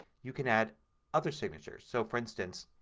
you can add other signatures. so, for instance,